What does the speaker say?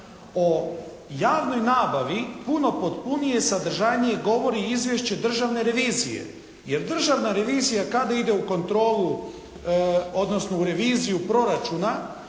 O javnoj nabavi puno potpunije i sadržajnije govori izvješće Državne revizije, jer Državna revizija kada ide u kontrolu, odnosno u reviziju proračuna